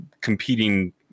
competing